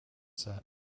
set